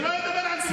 שלא ידבר על דמוקרטיה.